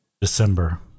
December